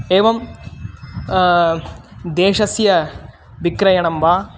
एवं देशस्य विक्रयणं वा